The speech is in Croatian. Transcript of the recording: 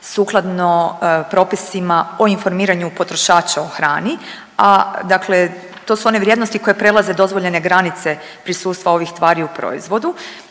sukladno propisima o informiranju potrošača o hrani, a dakle to su one vrijednosti koje prelaze dozvoljene granice prisustva ovih tvari u proizvodu.